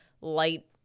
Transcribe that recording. light